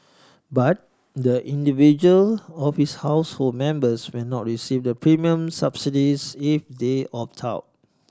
but the individual of his household members will not receive the premium subsidies if they opt out